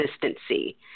consistency